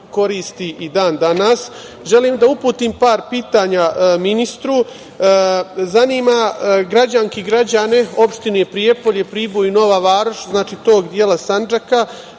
i dan danas. Želim da uputim par pitanja ministru. Zanima me, građane i građanke opštine Prijepolje, Priboj i Nova Varoš, tog dela Sandžaka…